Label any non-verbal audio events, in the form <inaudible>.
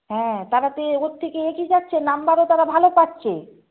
হ্যাঁ তারা তো <unintelligible> ওর থেকে এগিয়ে যাচ্ছে নাম্বারও তারা ভালো পাচ্ছে